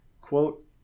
quote